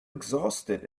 exhausted